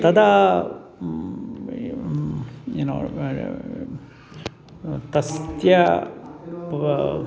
तदा यु नो तस्य